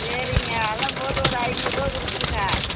சரிங்க எல்லாம் போட்டு ஒரு ஐநூறுரூவா கொடுத்துருங்க